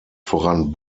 voran